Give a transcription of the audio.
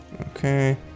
Okay